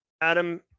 Adam